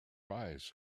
eyes